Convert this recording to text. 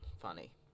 Funny